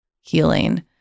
healing